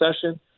session